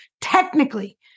technically